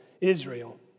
Israel